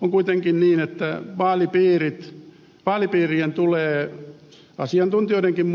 on kuitenkin niin että vaalipiirien tulee asiantuntijoidenkin